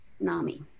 NAMI